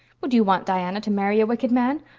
would you want diana to marry a wicked man?